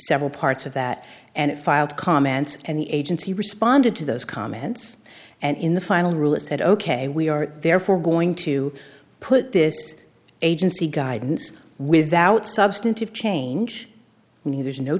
several parts of that and it filed comments and the agency responded to those comments and in the final rule it said ok we are therefore going to put this agency guidance without substantive change in the there's no